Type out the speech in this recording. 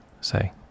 say